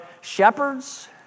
shepherds